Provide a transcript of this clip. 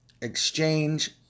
exchange